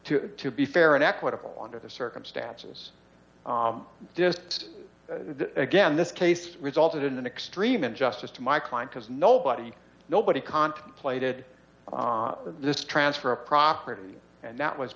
here to be fair and equitable under the circumstances just again this case resulted in an extreme injustice to my client because nobody nobody contemplated this transfer of property and that was